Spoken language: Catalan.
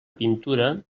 pintura